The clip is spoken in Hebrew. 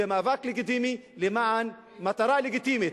זה מעקב לגיטימי למען מטרה לגיטימית,